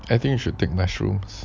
I think you should take mushrooms